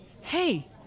Hey